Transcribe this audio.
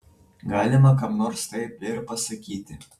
galima kam nors taip ir pasakyti